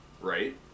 right